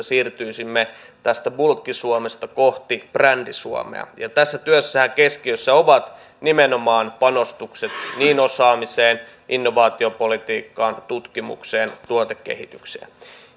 siirtyisimme tästä bulkki suomesta kohti brändi suomea tässä työssähän keskiössä ovat nimenomaan panostukset niin osaamiseen innovaatiopolitiikkaan tutkimukseen kuin tuotekehitykseen